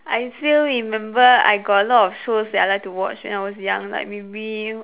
I still remember I got a lot of shows that I like to watch when I was young like maybe